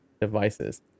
devices